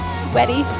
sweaty